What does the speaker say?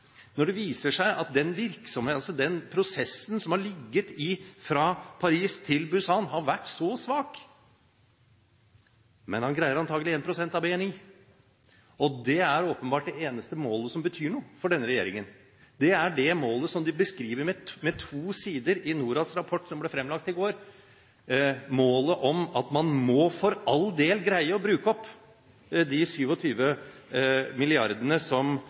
når det viser seg at den prosessen som har ligget fra Paris til Busan, har vært så svak. Men man greier antakelig 1 pst. av BNI, og det er åpenbart det eneste målet som betyr noe for denne regjeringen. Det er det målet som de beskriver med to sider i Norads rapport som ble fremlagt i går – målet om at man må for all del greie å bruke opp de 27 mrd. kr som